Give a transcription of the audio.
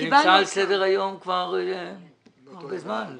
נמצא על סדר היום כבר הרבה זמן.